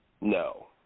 No